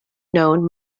known